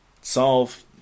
solve